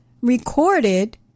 recorded